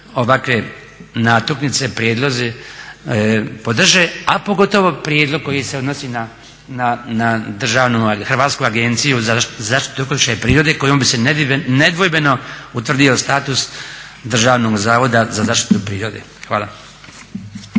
ovakve natuknice, prijedlozi podrže, a pogotovo prijedlog koji se odnosi na državnu Hrvatsku agenciju za zaštitu okoliša i prirode kojom bi se nedvojbeno utvrdio status Državnog zavoda za zaštitu prirode. Hvala.